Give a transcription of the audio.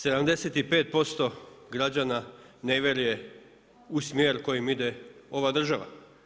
75% građana ne vjeruje u smjer kojim ide ova država.